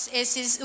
esses